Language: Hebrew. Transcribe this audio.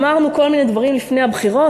אמרנו כל מיני דברים לפני הבחירות,